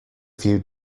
few